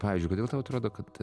pavyzdžiui kodėl tau atrodo kad